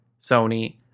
Sony